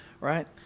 right